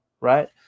right